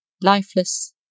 lifeless